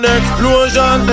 explosion